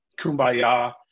kumbaya